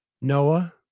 Noah